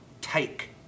take